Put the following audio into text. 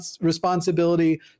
responsibility